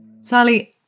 Sally